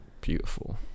beautiful